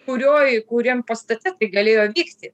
kurioj kuriam pastate tai galėjo vykti